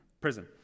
Prison